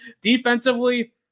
defensively